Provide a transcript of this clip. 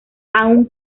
aún